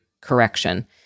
correction